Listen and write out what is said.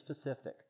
specific